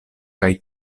kaj